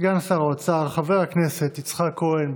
סגן שר האוצר חבר הכנסת יצחק כהן.